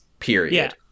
Period